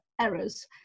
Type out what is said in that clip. errors